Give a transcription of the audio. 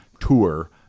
tour